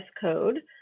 Code